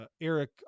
Eric